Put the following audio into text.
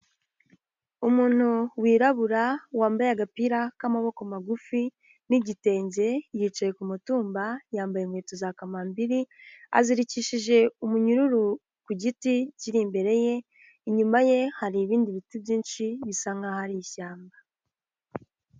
Umuntu wirabura wambaye agapira k'amaboko magufi n'igitenge, yicaye ku mutumba yambaye inkweto za kamabiri, azirikishije umunyururu ku giti kiri imbere ye, inyuma ye hari ibindi biti byinshi bisa nk'aho ari mu ishyamba.